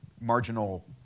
marginal